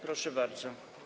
Proszę bardzo.